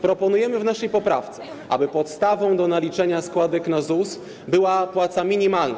Proponujemy w naszej poprawce, aby podstawą do naliczenia składek na ZUS była płaca minimalna.